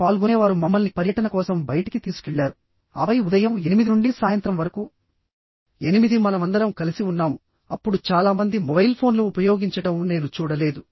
పాల్గొనేవారు మమ్మల్ని పర్యటన కోసం బయటికి తీసుకెళ్లారు ఆపై ఉదయం 8 నుండి సాయంత్రం వరకు 8 మనమందరం కలిసి ఉన్నాము అప్పుడు చాలా మంది మొబైల్ ఫోన్లు ఉపయోగించడం నేను చూడలేదు